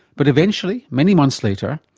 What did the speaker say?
but eventually, many months later,